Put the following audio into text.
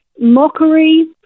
mockery